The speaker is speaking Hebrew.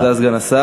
תודה לך, סגן השר.